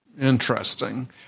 Interesting